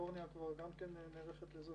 קליפורניה גם כן נערכת לזה.